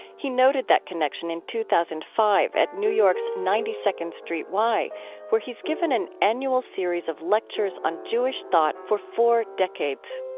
he noted that connection in two thousand and five at new york's ninety second street y where he has given an annual series of lectures on jewish thought for four decades